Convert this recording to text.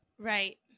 Right